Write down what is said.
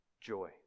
joy